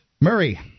Murray